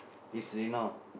is you know